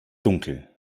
dunkel